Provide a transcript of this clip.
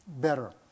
better